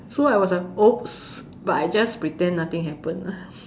so I was like oops but I just pretend nothing happened lah